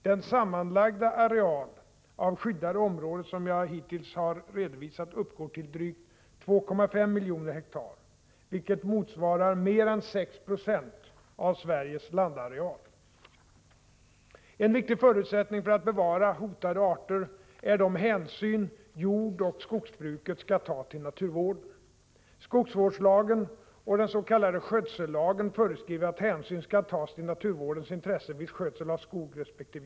Den sammanlagda areal av skyddade områden som jag hittills har redovisat uppgår till drygt 2,5 miljoner hektar, vilket motsvarar mer än 6 96 av Sveriges landareal. En viktig förutsättning för att man skall kunna bevara hotade arter är de hänsyn jordoch skogsbruket skall ta till naturvården. Skogsvårdslagen och den s.k. skötsellagen föreskriver att hänsyn skall tas till naturvårdens intressen vid skötsel av skogsresp.